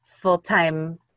full-time